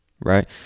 right